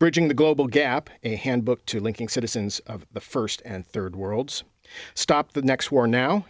bridging the global gap a handbook to linking citizens of the first and third worlds stop the next war now